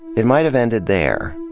it might have ended there.